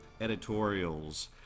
editorials